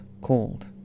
called